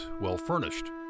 well-furnished